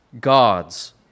God's